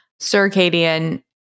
Circadian